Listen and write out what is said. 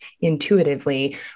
Intuitively